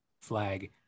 flag